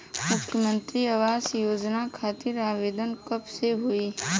मुख्यमंत्री आवास योजना खातिर आवेदन कब से होई?